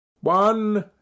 One